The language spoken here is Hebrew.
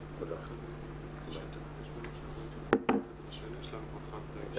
התחילה להתפשט למדינת ישראל במסגרת זו.